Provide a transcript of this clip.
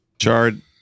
Chard